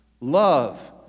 Love